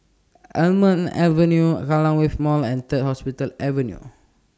Almond Avenue Kallang Wave Mall and Third Hospital Avenue